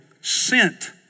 sent